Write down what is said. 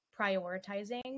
prioritizing